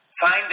find